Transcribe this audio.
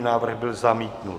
Návrh byl zamítnut.